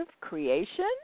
creation